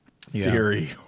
theory